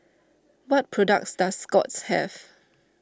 what products does Scott's have